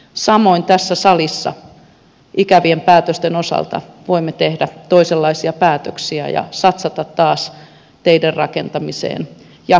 samoin tässä salissa ikävien päätösten sijaan voimme tehdä toisenlaisia päätöksiä ja satsata taas teiden rakentamiseen ja koulutuksen vahvistamiseen